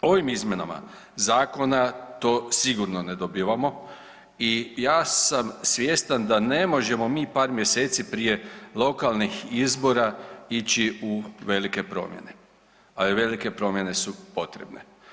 Ovim izmjenama zakona to sigurno ne dobivamo i ja sam svjestan da ne možemo mi par mjeseci prije lokalnih izbora ići u velike promjene, a i velike promjene su potrebne.